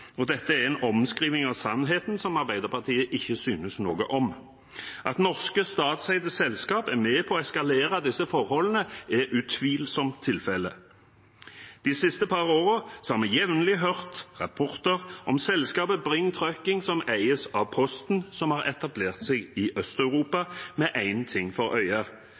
veitransport. Dette er en omskriving av sannheten som Arbeiderpartiet ikke synes noe om. At norske, statseide selskaper er med på å eskalere disse forholdene, er utvilsomt tilfellet. De siste par årene har vi jevnlig hørt rapporter om selskapet Bring Trucking, som eies av Posten, og som har etablert seg i Øst-Europa med én ting for øye,